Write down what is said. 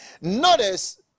notice